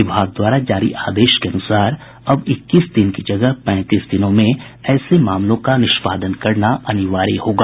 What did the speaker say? विभाग द्वारा जारी आदेश के अनुसार अब इक्कीस दिन की जगह पैंतीस दिनों में ऐसे मामलों का निष्पादन करना अनिवार्य होगा